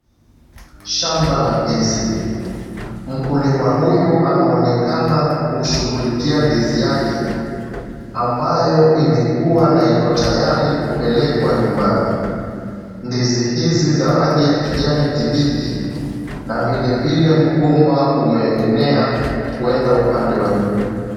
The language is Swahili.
Shamba la ndizi, mkulima huyu anaonekana kushughulikia ndizi yake ambayo imekuwa na iko tayari kupelekwa nyumbani. Ndizi hizi za rangi ya kijani kibichi na vilevile mgomba umeenea kwenda upande wa juu.